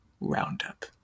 roundup